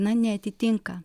na neatitinka